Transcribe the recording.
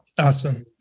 Awesome